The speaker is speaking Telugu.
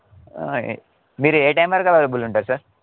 మీరు ఏ టైం వరకు అవైలబుల్ ఉంటారు సార్